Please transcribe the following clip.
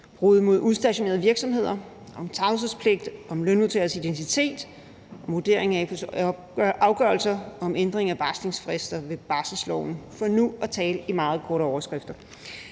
mod udstationerede virksomheder, om tavshedspligt, om lønmodtagers identitet og afgørelser om ændring af varslingsfrister ved barselsloven – for nu at tale i meget korte overskrifter.